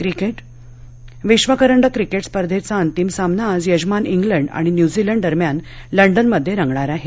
cricket विश्व करंडक cricket स्पर्धेचा अंतिम सामना आज यजमान इंग्लंड आणि न्यूझीलंड दरम्यान लंडनमध्ये रंगणार आहे